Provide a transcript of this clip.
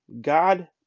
God